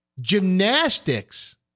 Gymnastics